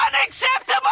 Unacceptable